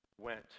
went